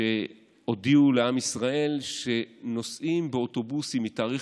שהודיעו לעם ישראל שנוסעים באוטובוסים מתאריך